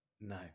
No